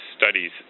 studies